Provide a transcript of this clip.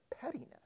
pettiness